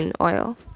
oil